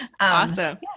Awesome